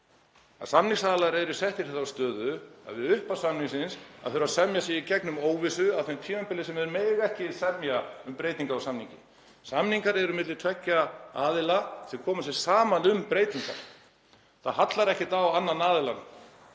að samningsaðilar eru settir í þá stöðu við upphaf samningsins að þurfa að semja sig í gegnum óvissu á því tímabili sem þeir mega ekki semja um breytingar á samningi. Samningar eru milli tveggja aðila sem koma sér saman um breytingar. Það hallar ekkert á annan aðilann,